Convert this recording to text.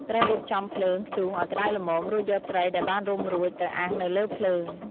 ត្រូវរៀបចំភ្លើងធ្យូងឲ្យក្តៅល្មម រួចយកត្រីដែលបានរុំរួចទៅអាំងនៅលើភ្លើង។